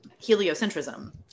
Heliocentrism